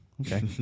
Okay